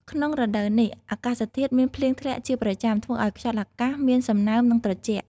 ក្នុងរដូវនេះអាកាសធាតុមានភ្លៀងធ្លាក់ជាប្រចាំ ធ្វើឲ្យខ្យល់អាកាសមានសំណើម និងត្រជាក់។